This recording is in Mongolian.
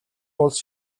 улс